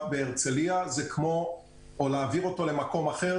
בהרצליה או להעביר אותו למקום אחר,